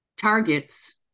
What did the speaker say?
targets